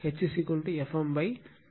H Fm l